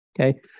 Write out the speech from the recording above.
Okay